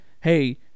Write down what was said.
hey –